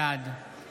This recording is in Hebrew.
בעד